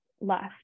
left